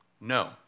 No